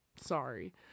Sorry